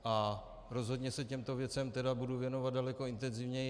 A rozhodně se těmto věcem tedy budu věnovat daleko intenzivněji.